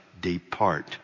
depart